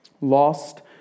lost